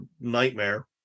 nightmare